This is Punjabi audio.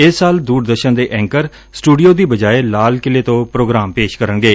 ਇਸ ਸਾਲ ਦੁਰਦਰਸ਼ਨ ਦੇ ਐਂਕਰ ਸਟੁਡੀਓ ਦੀ ਬਜਾਏ ਲਾਲ ਕਿਲੇ ਤੋਂ ਪ੍ਰੋਗਰਾਮ ਪੇਸ਼ ਕਰਨਗੇ